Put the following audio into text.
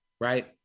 right